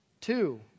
Two